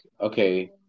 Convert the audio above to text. okay